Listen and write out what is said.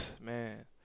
man